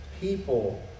people